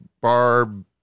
Barb